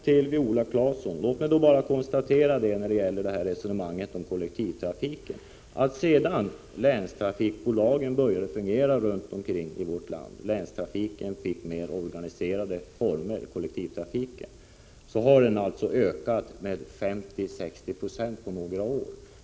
Till Viola Claesson: Sedan länstrafikbolagen började fungera runt omkring i vårt land och länstrafiken fick mer organiserade former har den ökat med 50-60 96 på några år.